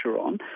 on